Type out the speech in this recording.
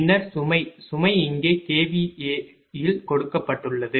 பின்னர் சுமை சுமை இங்கே kVA இல் கொடுக்கப்பட்டுள்ளது